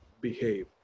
behave